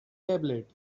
tablet